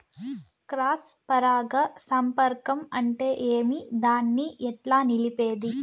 Cross పరాగ సంపర్కం అంటే ఏమి? దాన్ని ఎట్లా నిలిపేది?